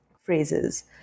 phrases